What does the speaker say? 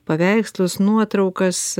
paveikslus nuotraukas